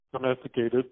domesticated